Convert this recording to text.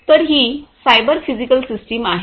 तर ही cyber physical system आहे